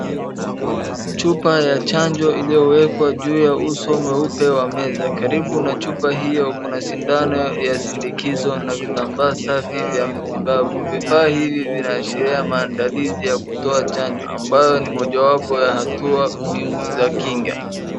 Chupa ya chanjo iliyowekwa juu ya uso mweupe wa meza. Karibu na chupa hiyo kuna sindano ya sindikizo na vitambaa safi vya matibabu. Vifaa hivi vinaashiria maandalizi ya kutoa chanjo ambayo ni mojawapo ya hatua muhimu za kinga.